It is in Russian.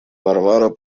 варвара